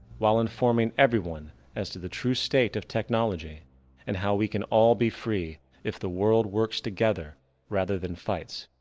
while informing everyone as to the true state of technology and how we can all be free if the world works together rather than fights.